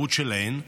והאי-ודאות שלהן,